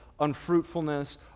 unfruitfulness